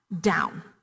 down